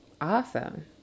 Awesome